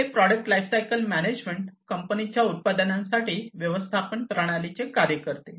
तर हे product lifecycle management कंपनीच्या उत्पादनांसाठी व्यवस्थापन प्रणालीचे कार्य करते